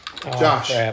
Josh